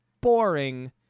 boring